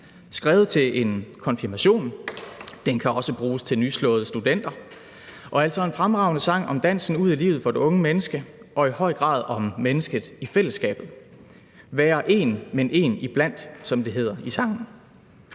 skrevet til en konfirmation. Den kan også bruges til nyslåede studenter. Det er en fremragende sang om dansen ud i livet for det unge menneske og i høj grad om mennesket i fællesskabet – at være en, men en iblandt, som det hedder i sangen.